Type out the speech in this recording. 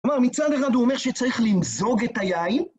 כלומר, מצד אחד הוא אומר שצריך למזוג את היין